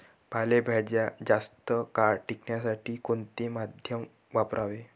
पालेभाज्या जास्त काळ टिकवण्यासाठी कोणते माध्यम वापरावे?